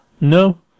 no